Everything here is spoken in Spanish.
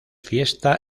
fiesta